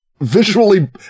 visually